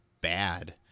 bad